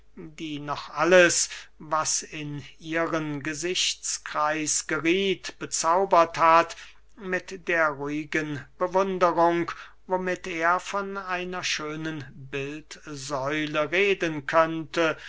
die noch alles was in ihren gesichtskreis gerieth bezaubert hat mit der ruhigen bewunderung womit er von einer schönen bildsäule reden könnte